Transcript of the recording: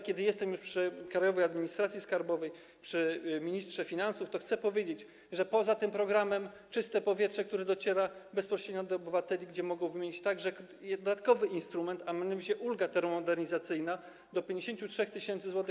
Skoro jestem już przy Krajowej Administracji Skarbowej, przy ministrze finansów, to chcę powiedzieć, że poza tym programem „Czyste powietrze”, który dociera bezpośrednio do obywateli, mogę wymienić także dodatkowy instrument, a mianowicie ulgę termomodernizacyjną do 53 tys. zł.